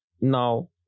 now